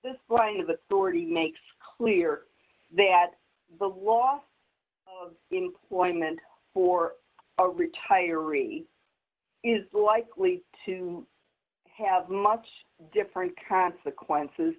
authority makes clear that the loss of employment for a retiree is likely to have much different consequences